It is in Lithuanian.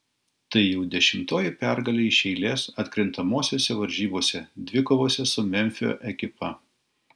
tai jau dešimtoji pergalė iš eilės atkrintamosiose varžybose dvikovose su memfio ekipa